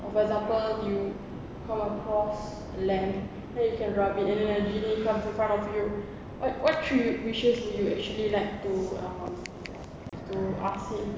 for example you come across a lamp then you can rub it and then a genie comes in front of you what what three wishes would you actually like to um to ask him